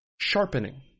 sharpening